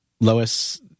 Lois